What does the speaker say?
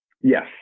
Yes